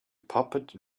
puppet